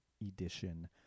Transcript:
edition